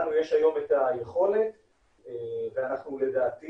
לנו יש היום את היכולת ואנחנו לדעתי